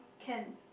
can